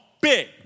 Big